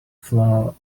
flour